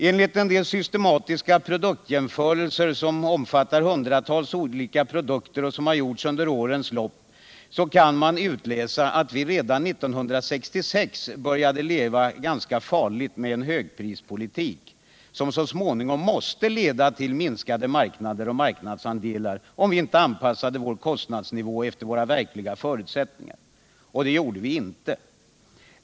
Av en del systematiska produktjämförelser, som omfattar hundratals olika produkter och som har gjorts under årens lopp, kan man utläsa att vi redan 1966 började leva ganska farligt med en högprispolitik, som så småningom måste leda till minskade marknader och marknadsandelar om vi inte anpassade vår kostnadsnivå efter våra verkliga förutsättningar. Det gjorde vi inte.